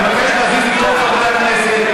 אני מבקש להזיז את כל חברי הכנסת,